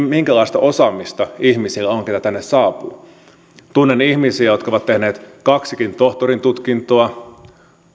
minkälaista osaamista on ihmisillä keitä tänne saapuu tunnen ihmisiä jotka ovat tehneet kaksikin tohtorintutkintoa